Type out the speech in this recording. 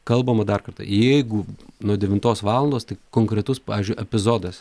kalbama dar kartą jeigu nuo devintos valandos tai konkretus pavyzdžiui epizodas